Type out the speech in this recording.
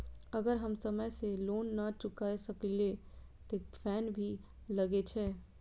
अगर हम समय से लोन ना चुकाए सकलिए ते फैन भी लगे छै?